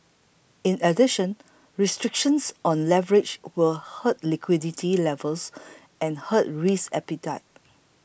in addition restrictions on leverage will hurt liquidity levels and hurt risk appetite